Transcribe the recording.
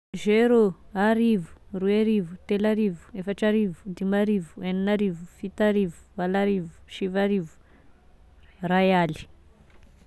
Zero, arivo, roy arivo, telo arivo, efatra arivo, dimy arivo, enina arivo, fito arivo, valo arivo, sivy arivo, ray aly